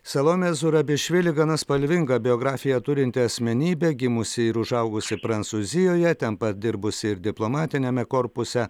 salomė zurabišvili gana spalvingą biografiją turinti asmenybė gimusi ir užaugusi prancūzijoje ten pat dirbusi ir diplomatiniame korpuse